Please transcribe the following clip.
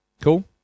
Cool